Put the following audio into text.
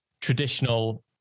traditional